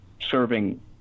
serving